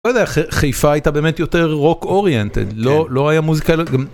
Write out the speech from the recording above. חיפה הייתה באמת יותר רוק אוריינטד לא לא היה מוזיקה.